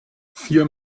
vier